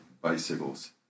bicycles